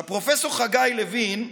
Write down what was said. פרופ' חגי לוין,